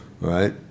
right